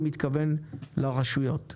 הוא מתכוון לרשויות,